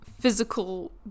physical